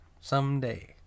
Someday